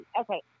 Okay